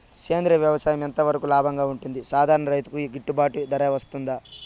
సేంద్రియ వ్యవసాయం ఎంత వరకు లాభంగా ఉంటుంది, సాధారణ రైతుకు గిట్టుబాటు ధర వస్తుందా?